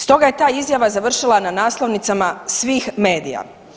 Stoga je ta izjava završila na naslovnicama svih medija.